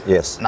Yes